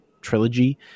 trilogy